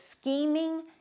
scheming